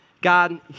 God